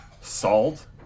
salt